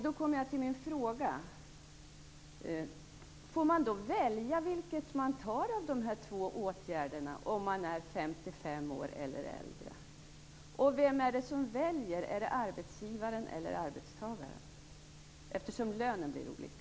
Då kommer jag till min fråga: Får man välja vilken man skall ha av de här två åtgärderna om man är 55 år eller äldre? Vem är det som väljer, är det arbetsgivaren eller arbetstagaren? Lönen blir ju olika.